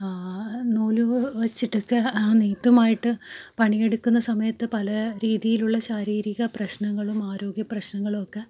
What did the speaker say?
നൂല് വെച്ചിട്ടൊക്കെ ആ നെയ്ത്തുമായിട്ട് പണിയെടുക്കുന്ന സമയത്ത് പല രീതിയിലുള്ള ശാരീരിക പ്രശ്നങ്ങളും ആരോഗ്യ പ്രശ്നങ്ങളുമൊക്കെ